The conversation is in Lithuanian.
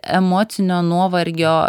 emocinio nuovargio